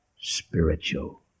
Spiritual